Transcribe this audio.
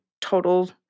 total